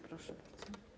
Proszę bardzo.